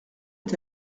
est